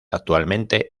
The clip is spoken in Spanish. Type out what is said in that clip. actualmente